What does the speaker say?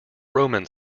roman